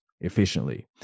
efficiently